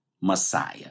Messiah